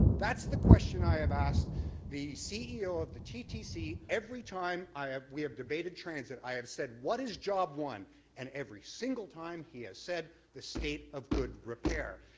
that's the question i have asked the ceo of the ttc every time i have we have debated transit, i have said what is job one and every single time he is said the state of good repair.